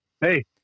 hey